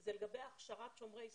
זה לגבי הכשרת שומרי סף,